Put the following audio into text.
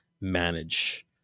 manage